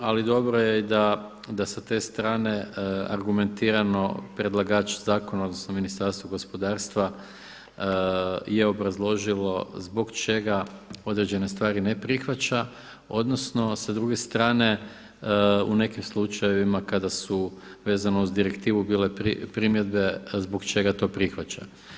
Ali dobro je da sa te strane argumentirano predlagač zakona odnosno Ministarstvo gospodarstva je obrazložilo zbog čega određene stvari ne prihvaća odnosno sa druge strane u nekim slučajevima kada su vezano uz direktivu bile primjedbe zbog čega to prihvaća.